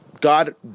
God